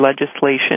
legislation